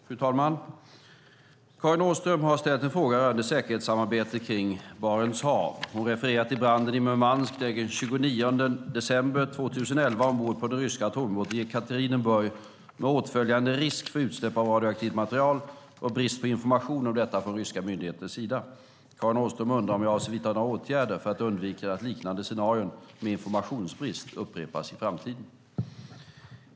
Fru talman! Karin Åström har ställt en fråga rörande säkerhetssamarbete kring Barents hav. Hon refererar till branden i Murmansk den 29 december 2011 ombord på den ryska atomubåten Jekaterinburg med åtföljande risk för utsläpp av radioaktivt material och bristen på information om detta från ryska myndigheters sida. Karin Åström undrar om jag avser att vidta några åtgärder för att undvika att liknande scenarion med informationsbrist upprepas i framtiden.